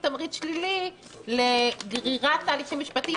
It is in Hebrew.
תמריץ שלילי לגרירת תהליכים משפטיים.